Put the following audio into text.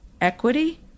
equity